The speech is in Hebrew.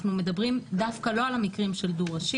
אנחנו מדברים דווקא לא על המקרים של דו-ראשי.